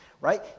right